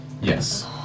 Yes